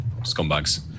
scumbags